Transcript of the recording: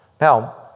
Now